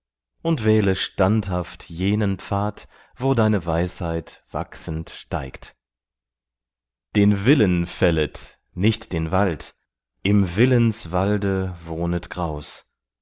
und wähle standhaft jenen pfad wo deine weisheit wachsend steigt den willen fället nicht den wald im willenswalde wohnet graus